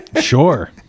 Sure